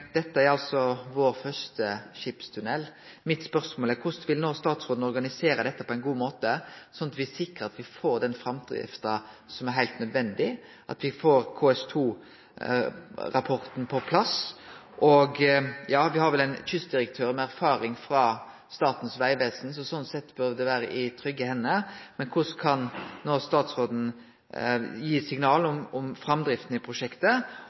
Dette er altså vår første skipstunnel. Spørsmålet mitt er: Korleis vil statsråden organisere dette på en god måte, sånn at me sikrar at me får den framdrifta som er heilt nødvendig, at me får KS2-rapporten på plass? Me har vel ein kystdirektør med erfaring frå Statens vegvesen, så sånn sett bør dette vere i trygge hender. Men på kva måte kan statsråden gi signal om framdrifta i prosjektet?